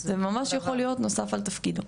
זה ממש יכול להיות נוסף על תפקידו.